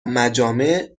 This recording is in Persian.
مجامع